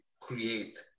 create